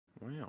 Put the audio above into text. Wow